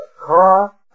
car